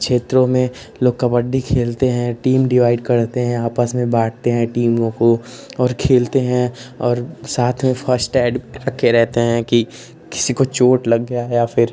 क्षेत्रों में लोग कबड्डी खेलते हैं टीम डिवाइड करते हैं आपस में बाँटते हैं टीमों को और खेलते हैं और साथ में फ़र्स्ट ऐड रखा रहता है कि किसी को चोट लग गई या फिर